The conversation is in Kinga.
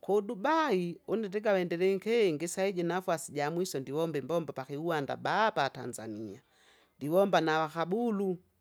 kudubai, une ntiga ndilinke ndisa iji nafasi ja mwiso ndiwombe mbombo pa kigwanda baa pa Tanzania, ndiwomba na habulu.